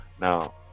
Now